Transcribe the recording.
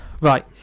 Right